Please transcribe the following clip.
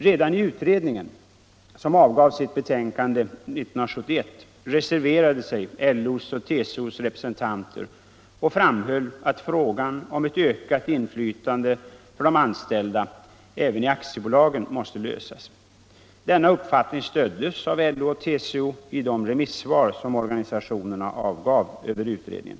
Redan i utredningen, som avgav sitt betänkande 1971, reserverade sig LO:s och TCO:s representanter och framhöll att frågan om ett ökat inflytande för de anställda även i aktiebolagen måste lösas. Denna uppfattning stöddes av LO och TCO i de remissvar som organisationerna avgav över utredningen.